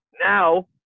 Now